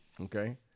okay